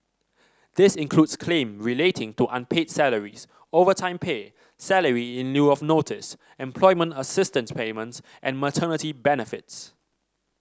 this includes claims relating to unpaid salaries overtime pay salary in lieu of notice employment assistance payments and maternity benefits